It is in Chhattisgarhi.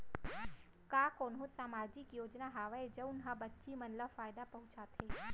का कोनहो सामाजिक योजना हावय जऊन हा बच्ची मन ला फायेदा पहुचाथे?